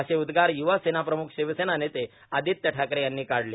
असे उद्गार य्वासेना प्रम्खर शिवसेना नेते आदित्य ठाकरे यांनी काढले